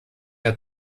der